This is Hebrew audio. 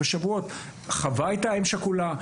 בשבועות, חווה הייתה אם שכולה.